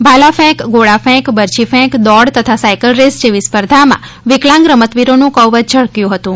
ભાલા ફેંક ગોળાફેક બરછીફેક દોડ તથા સાયકલ રેસ જેવી સ્પર્ધામાં વિકલાંગ રમતવીરોનું કૌવત ઝળકથુ હતુ